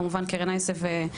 כמובן גם לקרן אייסף והשאר,